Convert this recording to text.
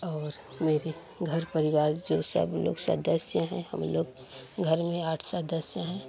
और मेरे घर परिवार जो सब लोग सदस्य हैं हम लोग घर में आठ सदस्य हैं